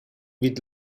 vid